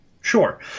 Sure